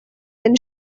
then